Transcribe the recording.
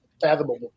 fathomable